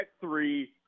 three